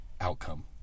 outcome